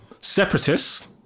separatists